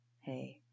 Hey